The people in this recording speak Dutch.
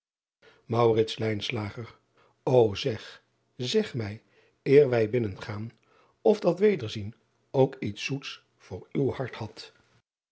eg zeg mij eer wij binnengaan of dat wederzien ook iets zoets voor uw hart had